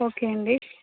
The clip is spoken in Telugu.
ఓకే అండి